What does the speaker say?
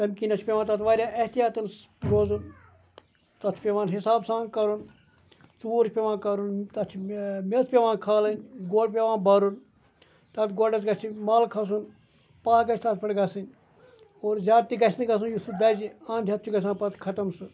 تمہِ کِنیٚتھ چھُ پیٚوان تَتھ واریاہ احتِیاطَن روزُن تَتھ چھُ پیٚوان حِساب سان کَرُن ژوٗر پیٚوان کَرُن تَتھ چھِ میٚژ پیٚوان کھالٕنۍ گۄڈ پیٚوان بَرُن تَتھ گۄڈَس گَژھِ مَل کھَسُن پاہہ گَژھِ تَتھ پیٹھ گَژھٕنۍ اور زیاد تہِ گَژھنہٕ گَژھُن یُس سُہ دَزِ اَنٛد ہیٚتھ چھُ گَژھان پَتہٕ خَتم سُہ